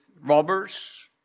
robbers